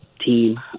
team